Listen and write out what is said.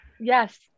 Yes